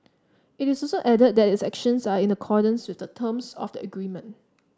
it also added that its actions are in accordance with the terms of the agreement